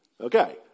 Okay